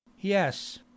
Yes